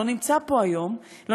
לא נמצא פה עכשיו,